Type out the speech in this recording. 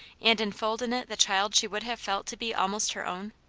and enfold in it the child she would have felt to be almost her own?